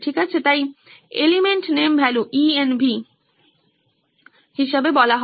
ঠিক আছে তাই element name value ENV model হিসাবে বলা হয়